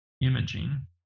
imaging